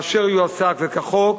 באשר יועסק וכחוק,